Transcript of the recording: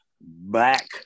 back